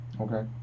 Okay